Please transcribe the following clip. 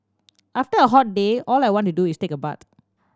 after a hot day all I want to do is take a bath